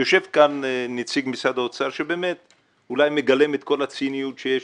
יושב כאן נציג משרד האוצר שבאמת אולי מגלם את כל הציניות שיש